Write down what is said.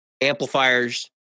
amplifiers